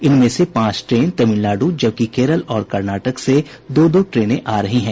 इनमें से पांच ट्रेन तमिलनाडु जबकि केरल और कनार्टक से दो दो ट्रेनें आ रही हैं